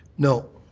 no.